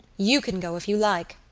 you can go if you like,